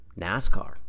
nascar